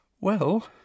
Well